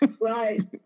Right